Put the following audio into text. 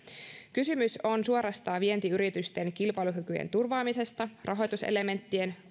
kysymys on suoraan vientiyritysten kilpailukykyjen turvaamisesta rahoituselementtien